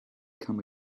come